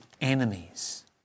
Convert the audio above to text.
enemies